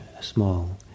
small